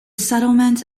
settlement